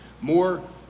more